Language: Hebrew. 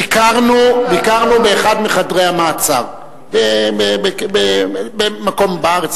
ביקרנו באחד מחדרי המעצר במקום בארץ,